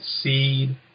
seed